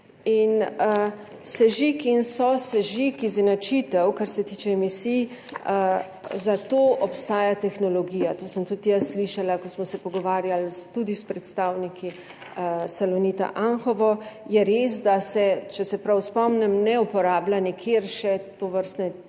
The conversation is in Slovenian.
Sežig in sosežig, izenačitev, kar se tiče emisij, za to obstaja tehnologija, to sem tudi jaz slišala, ko smo se pogovarjali tudi s predstavniki Salonita Anhovo. Je res, da se, če se prav spomnim, tovrstne tehnologije